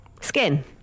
Skin